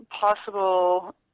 possible